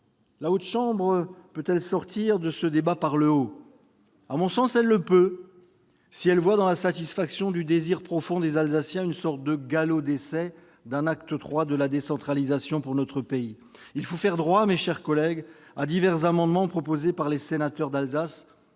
La Haute Assemblée peut-elle sortir de ce débat par le haut ? À mon sens, oui, si elle voit dans la satisfaction du désir profond des Alsaciens une sorte de galop d'essai d'un acte III de la décentralisation pour notre pays. Il faut faire droit, mes chers collègues, à divers amendements déposés par les sénateurs d'Alsace,